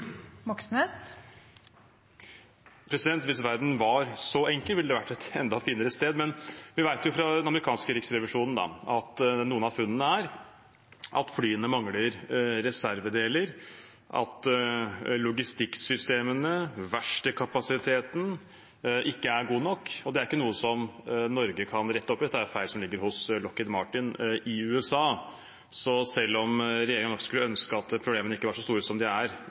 Moxnes – til oppfølgingsspørsmål. Hvis verden var så enkel, ville den vært et enda finere sted, men vi vet jo fra den amerikanske riksrevisjonen at noen av funnene er at flyene mangler reservedeler, og at logistikksystemene og verkstedkapasiteten ikke er god nok. Det er ikke noe som Norge kan rette opp i, dette er feil som ligger hos Lockheed Martin i USA. Så selv om regjeringen nok skulle ønske at problemene ikke var så store som det som er